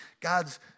God's